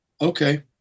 Okay